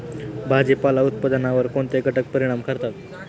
भाजीपाला उत्पादनावर कोणते घटक परिणाम करतात?